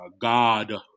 god